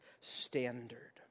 standard